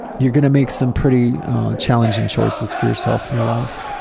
you're gonna make some pretty challenging choices for yourself in your life.